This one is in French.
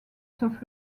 sauf